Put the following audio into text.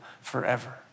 forever